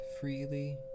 freely